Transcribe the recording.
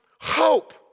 hope